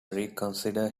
reconsider